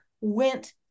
went